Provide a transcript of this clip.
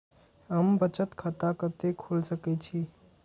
हम बचत खाता कते खोल सके छी?